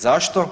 Zašto?